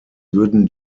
würden